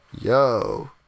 Yo